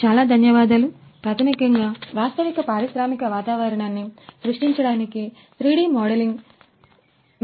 చాలా ధన్యవాదాలు ప్రాథమికంగావాస్తవ పారిశ్రామిక వాతావరణాన్ని సృష్టించడానికి 3D మోడలింగ్ ఏ అవసరమైన VR మోడళ్ల కావాలి అనేదాని గురించి తెలుసుకున్నాము